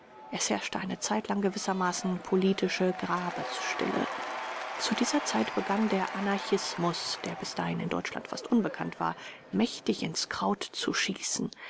es herrschte eine zeitlang gewissermaßen politische grabesstille zu dieser zeit begann der anarchismus der bis dahin in deutschland fast unbekannt war mächtig ins kraut zu schießen